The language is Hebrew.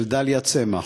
של דליה צמח: